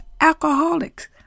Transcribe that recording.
Alcoholics